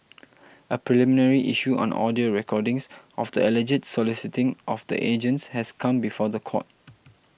a preliminary issue on audio recordings of the alleged soliciting of the agents has come before the court